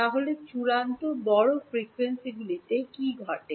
তাহলে চূড়ান্ত বড় ফ্রিকোয়েন্সিগুলিতে কী ঘটে